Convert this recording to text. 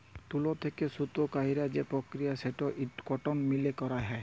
তুলো থেক্যে সুতো কইরার যে প্রক্রিয়া সেটো কটন মিলে করাক হয়